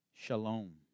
Shalom